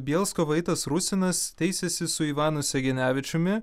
bielsko vaitas rusinas teisėsi su ivanu segenevičiumi